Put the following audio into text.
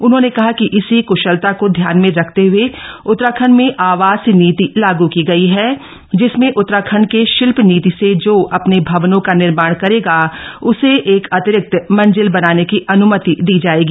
उन्होंने कहा कि इसी क्शलता को ध्यान में रखते हूए उत्तराखण्ड में आवास नीति लागू की गयी है जिसमें उत्तराखण्ड के शिल्प नीति से जो अपने भवनों का निर्माण करेगा उसे एक अतिरिक्त मंजिल बनाने की अनुमति दी जायेगी